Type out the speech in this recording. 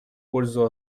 пользу